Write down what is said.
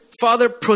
Father